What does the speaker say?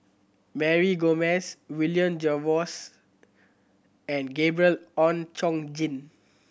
Mary Gomes William Jervois and Gabriel Oon Chong Jin